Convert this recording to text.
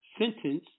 sentence